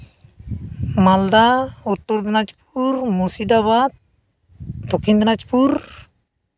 Malda Uttar Dinajpur Murshidabad Dakshin Dinajpur